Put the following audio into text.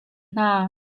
hna